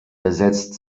besetzt